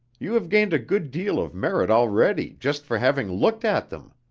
you have gained a good deal of merit already, just for having looked at them.